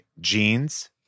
jeans